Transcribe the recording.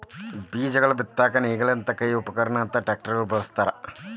ಬೇಜಗಳನ್ನ ಬಿತ್ತಾಕ ನೇಗಿಲದಂತ ಕೈ ಉಪಕರಣ ಅತ್ವಾ ಟ್ರ್ಯಾಕ್ಟರ್ ನು ಬಳಸ್ತಾರ